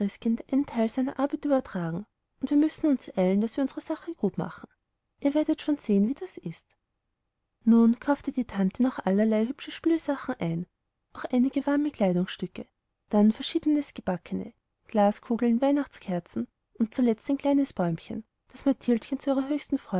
seiner arbeit übertragen und wir müssen uns eilen daß wir unsere sache gut machen ihr werdet schon sehen wie das ist nun kaufte die tante noch allerlei hübsche spielsachen ein auch einige warme kleidungsstücke dann verschiedenes gebackene glaskugeln wachskerzchen und zuletzt ein kleines bäumchen das mathildchen zu ihrer höchsten